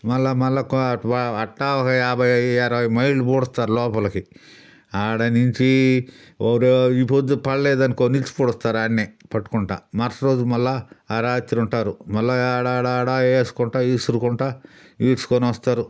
మళ్ళీ మళ్ళీ కో వ అట్టా ఒక యాభై అరవై మైలు పూడుస్తారు లోపలకి ఆడ నుంచి ఓరో ఈ పొద్దు పడలేదు అనుకో నిలిచి పొడుస్తారు ఆడ్నే పట్టుకుంటా మరుసటి రోజు మళ్ళీ ఆ రాత్రి ఉంటారు మళ్ళీ ఆడాడ ఆడాడ వేసుకుంటా విసురుకుంటూ ఈడ్చుకొని వస్తారు